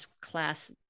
class